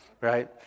right